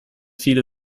viele